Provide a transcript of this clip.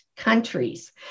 countries